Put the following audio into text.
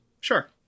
Sure